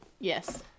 Yes